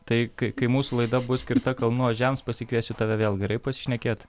tai kaip kai mūsų laida bus skirta kalnų ožiams pasikviesiu tave vėl gerai pasišnekėt